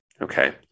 Okay